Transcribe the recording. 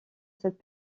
cette